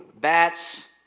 bats